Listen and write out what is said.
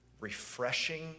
refreshing